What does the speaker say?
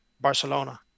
Barcelona